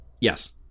Yes